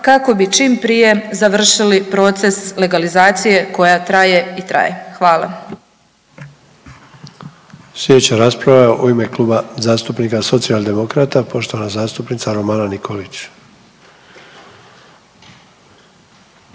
kako bi čim prije završili proces legalizacije koja traje i traje. Hvala. **Sanader, Ante (HDZ)** Slijedeća rasprava je u ime Kluba zastupnika Socijaldemokrata, poštovana zastupnica Romana Nikolić.